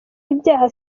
ibyaha